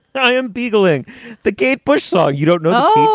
i am beagle ing the game. bush saw you don't know.